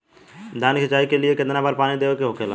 धान की सिंचाई के लिए कितना बार पानी देवल के होखेला?